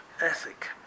Ethic